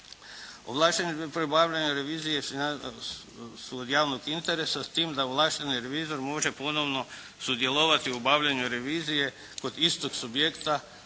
Ovlašteni pri obavljanju revizije su od javnog interesa, s tim da ovlašteni revizor može ponovno sudjelovati u obavljanju revizije kod istog subjekta